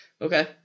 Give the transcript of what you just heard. Okay